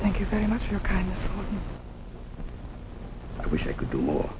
thank you very much ok i wish i could do more